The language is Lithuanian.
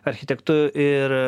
architektu ir